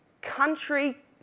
country